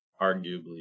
arguably